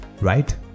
right